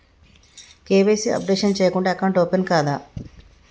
KYC updation చేయకుంటే account open కాదా?